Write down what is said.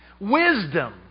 wisdom